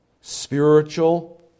spiritual